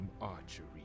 archery